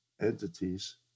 entities